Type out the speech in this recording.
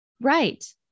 Right